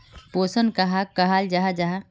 पोषण कहाक कहाल जाहा जाहा?